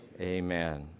Amen